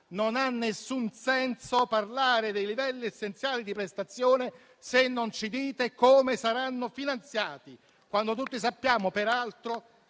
Non ha alcun senso parlare di livelli essenziali delle prestazioni se non ci dite come saranno finanziati, quando tutti sappiamo, peraltro,